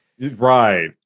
Right